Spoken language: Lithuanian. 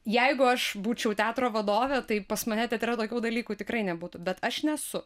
jeigu aš būčiau teatro vadovė tai pas mane teatre tokių dalykų tikrai nebūtų bet aš nesu